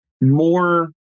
more